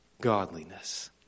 godliness